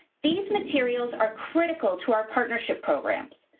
these materials are critical to our partnership programs.